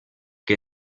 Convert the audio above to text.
que